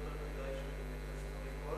אם לא כדאי שאתייחס אחרי כל ההצעות,